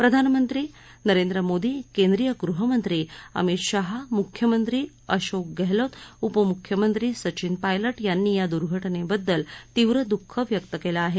प्रधानमंत्री नरेंद्र मोदी केंद्रीय गृहमंत्री अमित शहा मुख्यमंत्री अशोक गहलोत उपमुख्यमंत्री सधिन पायलट यांनी या दुर्घटनेबद्दल तीव्र दुःख व्यक्त केलं आहे